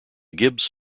gibbs